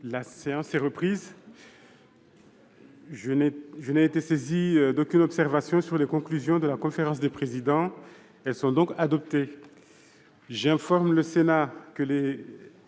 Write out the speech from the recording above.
La séance est reprise. Je n'ai été saisi d'aucune observation sur les conclusions de la conférence des présidents. Elles sont donc adoptées. J'informe le sénat que des